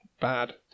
bad